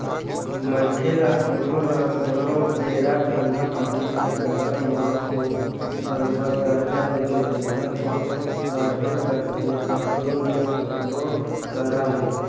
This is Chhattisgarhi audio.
मनखे ल कोनो न कोनो बेरा धंधा पानी के करब म तो बरोबर करजा लेके जरुरत तो पड़बे करथे कखरो न कखरो करा ले